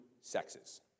sexes